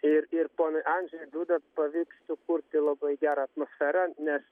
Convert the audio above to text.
ir ir ponui andžej duda pavyks sukurti labai gerą atmosferą nes